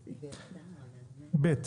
ׁׁׁ(ב)